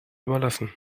überlassen